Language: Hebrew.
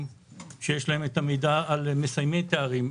מגופים שיש להם את המידע, על מסיימי תארים.